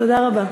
תודה רבה.